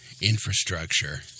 infrastructure